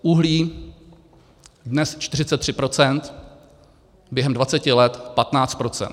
Uhlí dnes 43 %, během 20 let 15 %.